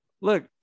look